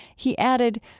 he added,